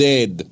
Dead